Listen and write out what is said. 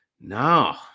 no